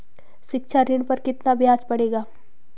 शिक्षा ऋण पर कितना ब्याज पड़ेगा?